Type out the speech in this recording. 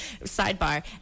sidebar